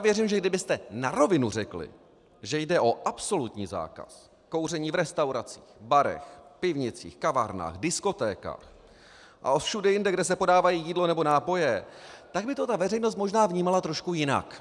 Věřím, že kdybyste na rovinu řekli, že jde o absolutní zákaz kouření v restauracích, barech, pivnicích, kavárnách, diskotékách a všude jinde, kde se podávají jídlo nebo nápoje, tak by to ta veřejnost možná vnímala trošku jinak.